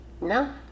no